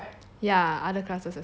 ya other classes as well